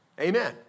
Amen